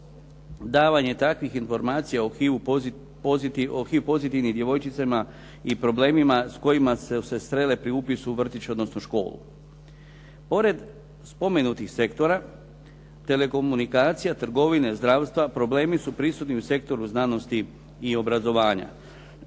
davanja takvih informacija o HIV pozitivnim djevojčicama i problemima s kojima su se srele pri upisu u vrtić odnosno školu. Pored spomenutih sektora telekomunikacija, trgovine, zdravstva problemi su prisutni u sektoru znanosti i obrazovanja.